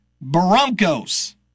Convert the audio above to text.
Broncos